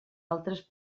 altres